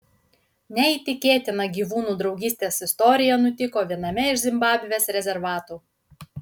neįtikėtina gyvūnų draugystės istorija nutiko viename iš zimbabvės rezervatų